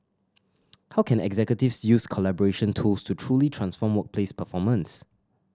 how can executives use collaboration tools to truly transform workplace performance